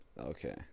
Okay